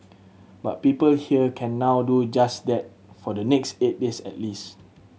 but people here can now do just that for the next eight days at least